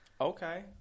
Okay